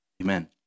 Amen